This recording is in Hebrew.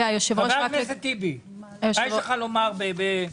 חבר הכנסת טיבי, מה יש לך לומר על זה,